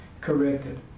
corrected